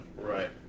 Right